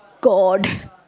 God